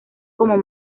como